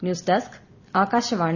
news desk Akashvani